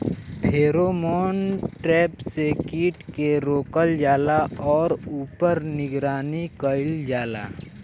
Pheromone trap से कीट के रोकल जाला और ऊपर निगरानी कइल जाला?